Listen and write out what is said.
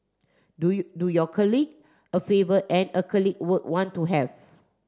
do you do your colleague a favour and a colleague would want to have